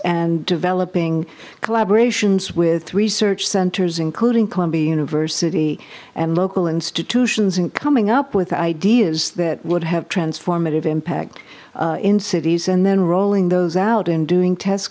and developing collaborations with research centers including columbia university and local institutions and coming up with ideas that would have transformative impact in cities and then rolling those out and doing test